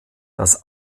das